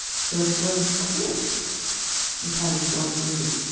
so it wasn't clear if i was going to